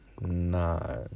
nine